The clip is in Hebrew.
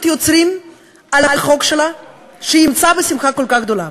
יוצרים על החוק שלה שהיא אימצה בשמחה כל כך גדולה.